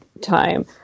time